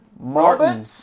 Martin